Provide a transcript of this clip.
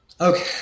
Okay